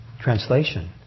translation